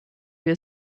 wir